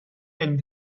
علمی